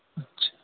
اچھا